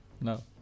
No